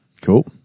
cool